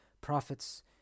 prophets